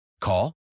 Call